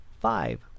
five